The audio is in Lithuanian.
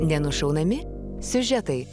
nenušaunami siužetai